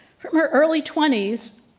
from her early twenties